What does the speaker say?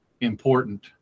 important